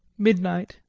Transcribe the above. midnight.